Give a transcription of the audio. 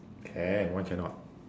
can why cannot